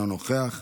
אינו נוכח,